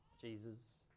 Jesus